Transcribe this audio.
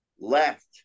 left